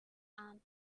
ann